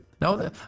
No